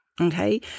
Okay